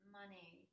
money